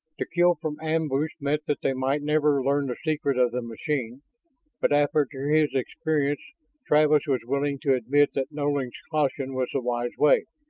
to kill from ambush meant that they might never learn the secret of the machine but after his experience travis was willing to admit that nolan's caution was the wise way.